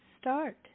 start